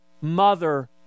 mother